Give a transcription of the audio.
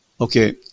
okay